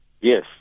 Yes